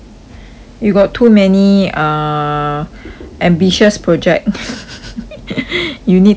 you got too many err ambitious project you need to